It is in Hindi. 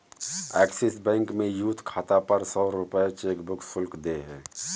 एक्सिस बैंक में यूथ खाता पर सौ रूपये चेकबुक शुल्क देय है